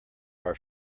our